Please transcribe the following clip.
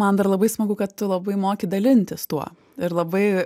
man dar labai smagu kad tu labai moki dalintis tuo ir labai